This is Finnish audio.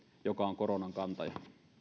joka on koronan kantaja